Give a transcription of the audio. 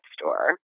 store